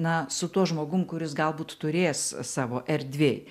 na su tuo žmogum kuris galbūt turės savo erdvėj